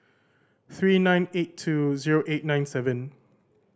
three nine eight two zero eight nine seven